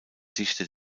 dichte